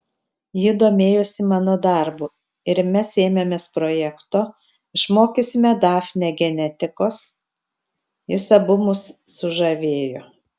ji domėjosi mano darbu ir mes ėmėmės projekto išmokysime dafnę genetikos jis abu mus sužavėjo